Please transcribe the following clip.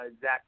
Zach